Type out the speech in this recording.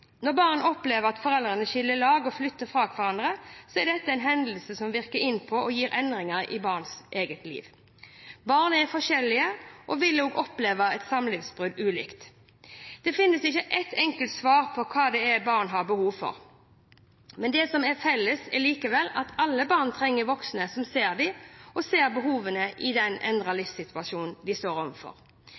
Når barn opplever at foreldrene skiller lag og flytter fra hverandre, er dette en hendelse som virker inn på og gir endringer i barnets eget liv. Barn er forskjellige og vil også oppleve et samlivsbrudd ulikt. Det finnes ikke ett enkelt svar på hva et barn har behov for. Men det som er felles, er likevel at alle barn trenger voksne som ser dem, og som ser behovene i den endrede livssituasjonen de står